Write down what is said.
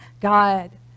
God